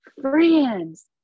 friends